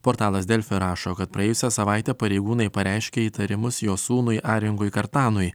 portalas delfi rašo kad praėjusią savaitę pareigūnai pareiškė įtarimus jo sūnui aringui kartanui